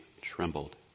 trembled